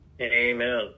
Amen